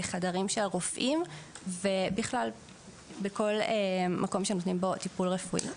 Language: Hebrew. בניתוח של הרופאים ובכלל בכל מקום שנותנים בו טיפול רפואי.